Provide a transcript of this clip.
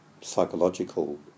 psychological